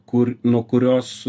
kur nuo kurios